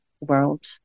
world